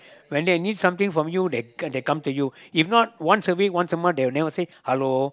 when they need something from you they they come to you if not once a week once a month they will never say hello